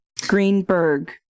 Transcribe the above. Greenberg